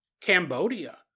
Cambodia